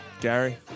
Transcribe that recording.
Gary